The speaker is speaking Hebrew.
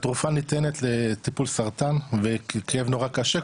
התרופה ניתנת לטיפול סרטן וכאב נורא קשה,